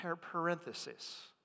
parenthesis